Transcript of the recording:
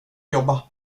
jobba